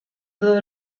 todo